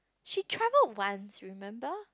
she travelled once remember